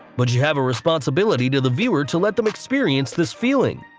but you have a responsibility to the viewer to let them experience this feeling.